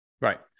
Right